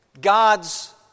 God's